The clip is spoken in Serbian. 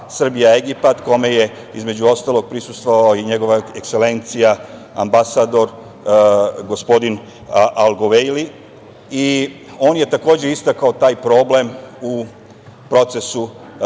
Srbija-Egipat kome je između ostalog prisustvovao i Nj.E. ambasador, gospodin Alguvejli i on je takođe istakao taj problem u procesu